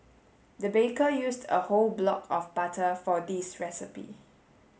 the baker used a whole block of butter for this recipe